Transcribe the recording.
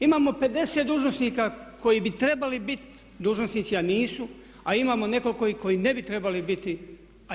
Imamo 50 dužnosnika koji bi trebali biti dužnosnici, a nisu, a imamo nekoliko koji ne bi trebali biti a jesu.